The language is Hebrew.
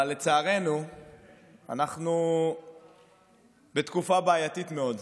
אבל לצערנו אנחנו בתקופה בעייתית מאוד,